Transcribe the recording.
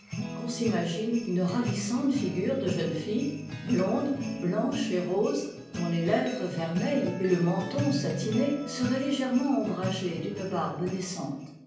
qu'on s'imagine une ravissante figure de jeune fille blonde blanche et rose dont les lèvres vermeilles et le menton satiné seraient légèrement ombragés d'une barbe naissante